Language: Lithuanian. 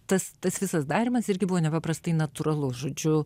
tas tas visas darymas irgi buvo nepaprastai natūralus žodžiu